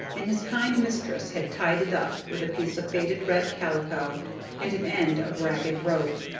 and his kind mistress had tied it up with a piece of faded red calico and an end of ragged rope.